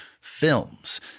films